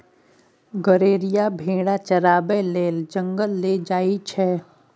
गरेरिया भेरा चराबै लेल जंगल लए जाइ छै